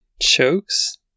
Chokes